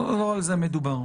לא על זה מדובר.